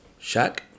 Shaq